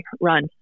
run